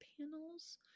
panels